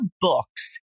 books